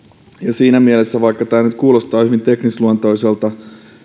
siinä mielessä vaikka tämä nyt kuulostaa hyvin teknisluontoiselta